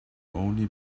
only